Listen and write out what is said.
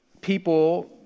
People